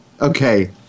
okay